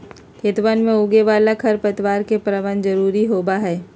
खेतवन में उगे वाला खरपतवार के प्रबंधन जरूरी होबा हई